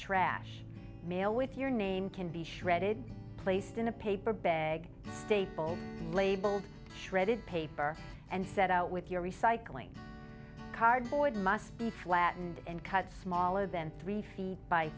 trash mail with your name can be shredded placed in a paper bag stapled labeled shredded paper and set out with your recycling cardboard must be flattened and cut smaller than three feet by